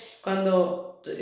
cuando